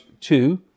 two